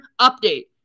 update